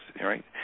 right